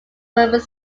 were